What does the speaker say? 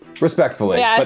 respectfully